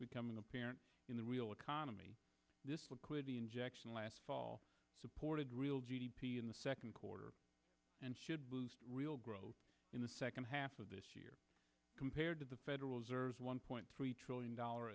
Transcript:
becoming apparent in the real economy this liquidity injection last fall supported real g d p in the second quarter and should boost real growth in the second half of this year compared to the federal reserve's one point three trillion dollar